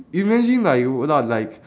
imagine like you were not like